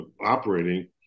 operating